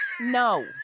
no